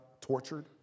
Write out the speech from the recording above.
tortured